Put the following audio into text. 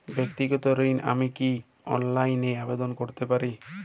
ব্যাক্তিগত ঋণ আমি কি অনলাইন এ আবেদন করতে পারি?